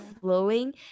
flowing